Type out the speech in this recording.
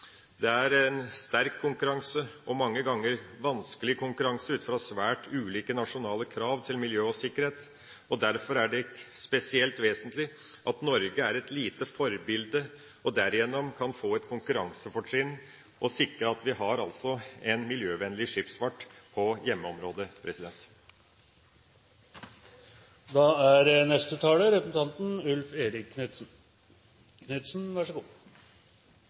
Det er en sterk konkurranse – og mange ganger en vanskelig konkurranse – ut fra svært ulike nasjonale krav til miljø og sikkerhet. Derfor er det spesielt vesentlig at Norge er et lite forbilde, og at vi derigjennom kan få et konkurransefortrinn for å sikre at vi har en miljøvennlig skipsfart på hjemmeområdet. Fremskrittspartiet er opptatt av at våre naturressurser og vårt miljø blir forvaltet på en god